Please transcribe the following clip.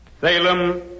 Salem